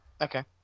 Okay